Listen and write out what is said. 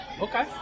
okay